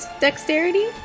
dexterity